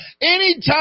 Anytime